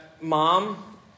mom